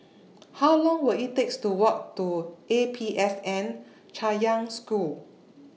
How Long Will IT takes to Walk to A P S N Chaoyang School